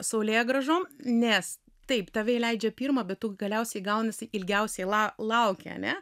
saulėgrąžom nes taip tave įleidžia pirmą bet tu galiausiai gaunasi ilgiausiai lauki ane